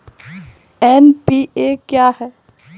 NPA क्या हैं?